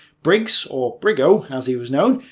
briggs, or briggo as he was known,